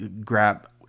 grab